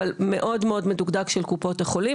אבל מאוד מאוד מדוקדק של קופות החולים